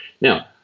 Now